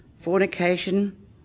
Fornication